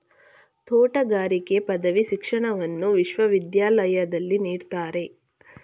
ತೋಟಗಾರಿಕೆ ಪದವಿ ಶಿಕ್ಷಣವನ್ನು ವಿಶ್ವವಿದ್ಯಾಲಯದಲ್ಲಿ ನೀಡ್ತಾರೆ